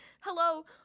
hello